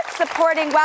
supporting